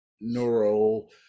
neural